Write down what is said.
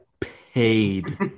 paid